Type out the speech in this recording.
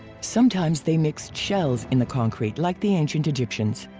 sometimes they mixed shells in the concrete like the ancient egyptians.